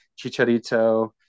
Chicharito